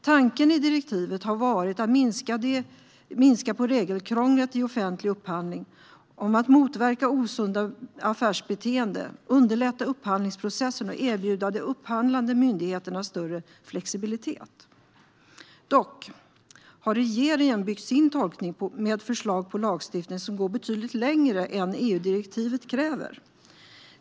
Tanken i direktivet har varit att minska regelkrånglet i offentlig upphandling, motverka osunda affärsbeteenden, underlätta upphandlingsprocessen och erbjuda de upphandlande myndigheterna större flexibilitet. Regeringen har dock byggt sin tolkning med förslag på lagstiftning som går betydligt längre än EU-direktivet kräver.